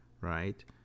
right